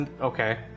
okay